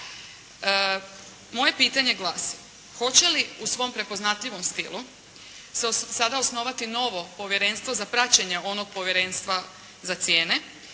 Moje pitanje glasi hoće li u svom prepoznatljivom stilu se sada osnovati novo povjerenstvo za praćenje onog Povjerenstva za cijene,